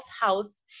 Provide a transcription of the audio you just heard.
house